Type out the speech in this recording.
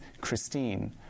Christine